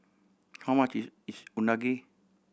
how much is is Unagi